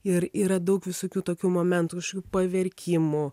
ir yra daug visokių tokių momentų kašokių paverkimų